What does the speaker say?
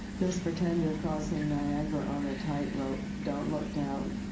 just pretend you're crossing niagara on a tightrope. don't look down.